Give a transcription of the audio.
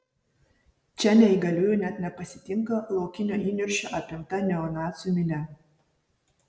čia neįgaliųjų net nepasitinka laukinio įniršio apimta neonacių minia